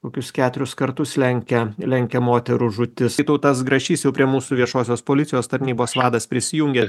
kokius keturis kartus lenkia lenkia moterų žūtis vytautas grašys jau prie mūsų viešosios policijos tarnybos vadas prisijungė